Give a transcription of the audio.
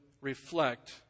reflect